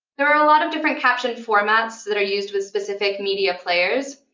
there are a lot of different caption formats that are used with specific media players.